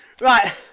right